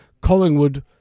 Collingwood